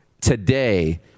today